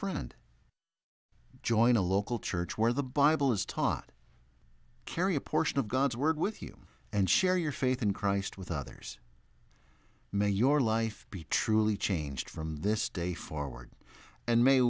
friend join a local church where the bible is taught carry portion of god's word with you and share your faith in christ with others may your life be truly changed from this day forward and may